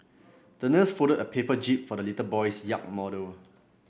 the nurse folded a paper jib for the little boys yacht model